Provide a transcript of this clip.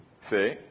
See